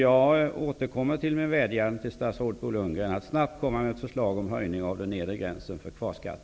Jag återkommer till min vädjan till statsrådet Bo Lundgren att snabbt komma med förslag om höjning av den nedre gränsen för kvarskatt.